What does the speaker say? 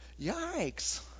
Yikes